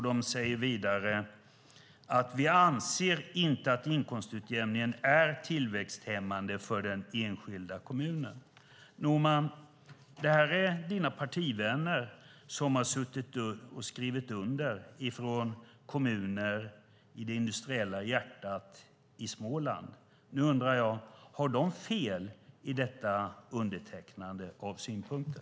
De säger vidare: Vi anser inte att inkomstutjämningen är tillväxthämmande för den enskilda kommunen. Det här är dina partivänner, Norman, som har skrivit det här i kommuner i det industriella hjärtat i Småland. Nu undrar jag: Har de fel i sina synpunkter?